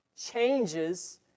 changes